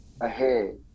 ahead